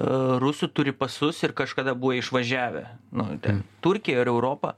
rusų turi pasus ir kažkada buvo išvažiavę nu ten į turkiją ar europą